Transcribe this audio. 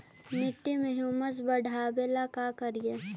मिट्टियां में ह्यूमस बढ़ाबेला का करिए?